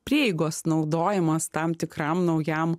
prieigos naudojimas tam tikram naujam